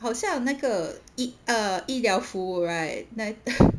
好像那个医 err 医疗服务 right 那